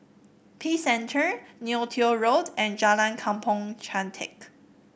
Peace Center Neo Tiew Road and Jalan Kampong Chantek